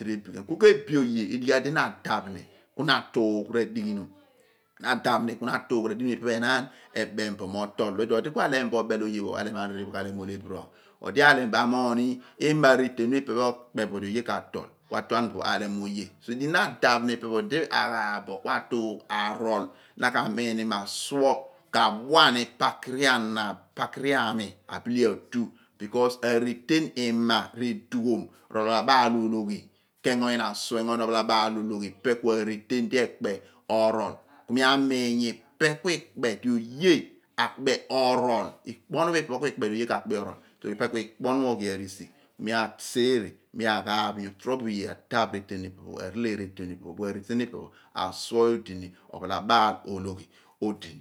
re/bi ghan ku k/ebi oye edighi iyaar odi na adaph ku na atuugh r'adigbinom ipe pho enaan ebem bo mo tol. odi enaan pho ku alem bo obel olephiri oony r'obel anirephoph ku amoovb naan ima areten pho ipe ekpe bo do oye k'atol ku abile bo alem oye. Ku edighi yaar di na adaph mi ipe pho odi aghaaph bo ku atuugh ni radighi, na ka miin ni mo asuo k'adua pakiri ana r'ami abile atu reten asuo di k'engo ina suo r'ophalabaal ologhi. Ipe ku areten di ekpe orol ku mi amiin mo ipe ku ikpe di oye ka tol. mi aseere r'akaaph mo torobo oye aarele eten pho epe loor esi di asuo odi ni.